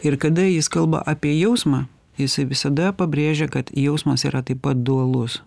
ir kada jis kalba apie jausmą jisai visada pabrėžia kad jausmas yra taip pat dualus